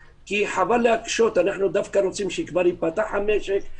כשגבי אשכנזי היה יושב-ראש ועדת החוץ והביטחון הזמנית.